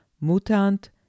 mutant